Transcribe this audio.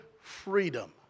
freedom